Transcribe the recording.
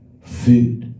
food